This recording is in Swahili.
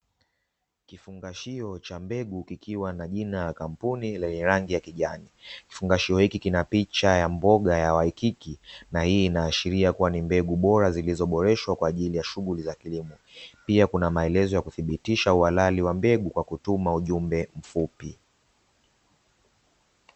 Kifungashio cha mbegu kikiwa na jina la kampuni lenye rangi ya kijani. Kifungashio hiki kina picha ya mboga ya waikiki na hii inaashiria kuwa ni mbegu bora zilizoboreshwa kwa ajili ya shughuli za kilimo. Pia kuna maelezo ya kuthibitisha uhalali wa mbegu kwa kutuma ujumbe mfupi.